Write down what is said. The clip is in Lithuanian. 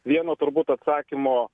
vieno turbūt atsakymo